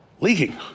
leaking